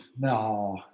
No